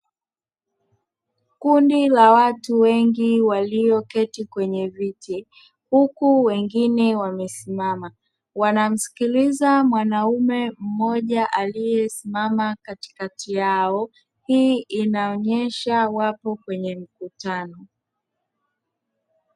Kundi la watu wengi walioketi kwenye viti huku wengine wamesimama, wanamsikiliza mwanaume mmoja aliyesimama katikati yao, hii inaonyesha wapo kwenye mkutano.